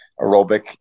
aerobic